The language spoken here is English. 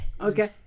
Okay